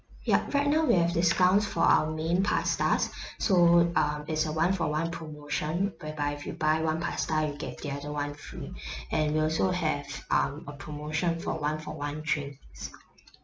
yup right now we have discounts for our main pastas so um is a one-for-one promotion whereby if you buy one pasta you get the other one free and we also have um a promotion for one-for-one drinks